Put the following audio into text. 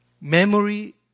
Memory